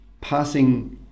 passing